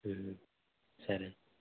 సరే